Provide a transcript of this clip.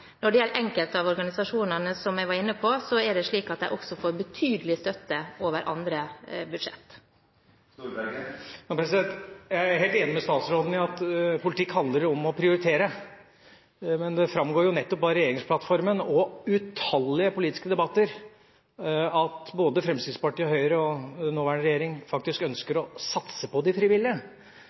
Når det gjelder enkelte av organisasjonene, er det slik at de, som jeg var inne på, også får betydelig støtte over andre budsjetter. Jeg er helt enig med statsråden i at politikk handler om å prioritere, men det framgår nettopp av regjeringsplattformen og utallige politiske debatter at både Fremskrittspartiet og Høyre og nåværende regjering faktisk ønsker å satse på de frivillige.